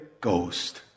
ghost